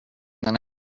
that